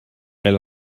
elle